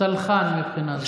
סלחן מבחינה זו.